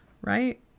right